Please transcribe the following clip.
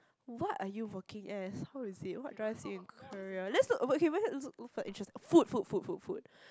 what are you working as how is it what drives you in career let's look okay let's look for interest food food food food food